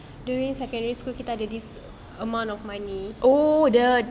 during secondary school kita ada this amount of money oh the